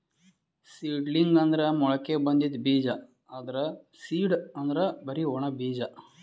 seedling ಅಂದ್ರ ಮೊಳಕೆ ಬಂದಿದ್ ಬೀಜ, ಆದ್ರ್ ಸೀಡ್ ಅಂದ್ರ್ ಬರಿ ಒಣ ಬೀಜ